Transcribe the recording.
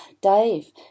Dave